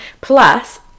Plus